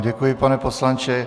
Děkuji vám, pane poslanče.